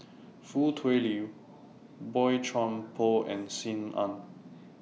Foo Tui Liew Boey Chuan Poh and SIM Ann